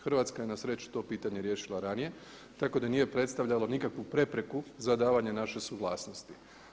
Hrvatska je na sreću to pitanje riješila ranije tako da nije predstavljalo nikakvu prepreku za davanje naše suglasnosti.